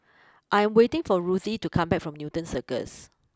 I'm waiting for Ruthie to come back from Newton Cirus